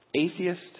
atheist